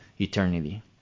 eternity